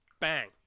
Bang